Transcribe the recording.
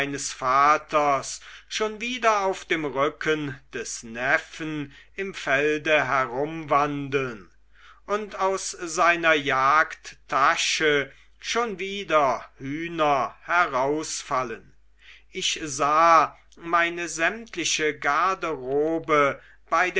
vaters schon wieder auf dem rücken des neffen im felde herumwandeln und aus seiner jagdtasche schon wieder hühner herausfallen ich sah meine sämtliche garderobe bei